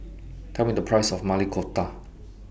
Tell Me The Price of Maili Kofta